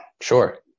Sure